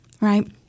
right